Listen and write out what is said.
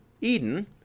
Eden